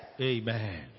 Amen